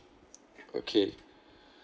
okay